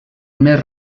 més